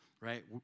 right